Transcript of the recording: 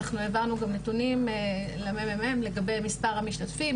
אנחנו גם העברנו נתונים לממ"מ לגבי מספר המשתתפים,